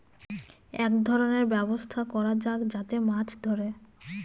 এক ধরনের ব্যবস্থা করা যাক যাতে মাছ ধরে